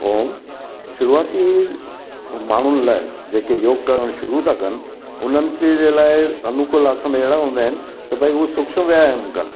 ओम शुरूआती माण्हुनि लाइ जे के योग करण शुरू था कनि उन्हनि खे जंहिं लाइ अनुकूल आसन अहिड़ा हूंदा आहिनि त भई हू सूक्ष्म व्यायाम कनि